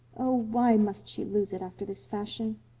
oh, why must she lose it after this fashion?